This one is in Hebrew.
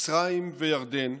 מצרים וירדן.